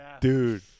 Dude